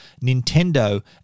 Nintendo